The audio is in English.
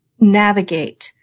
navigate